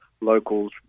locals